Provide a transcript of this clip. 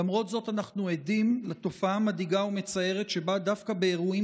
למרות זאת אנחנו עדים לתופעה מדאיגה ומצערת שבה דווקא באירועים